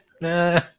Nah